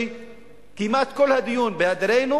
שקיימה את כל הדיון בהיעדרנו,